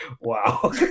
Wow